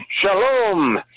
Shalom